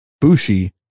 Bushi